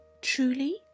truly